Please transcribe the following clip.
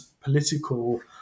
political